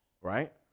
right